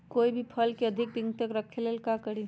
कोई भी फल के अधिक दिन तक रखे के ले ल का करी?